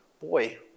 boy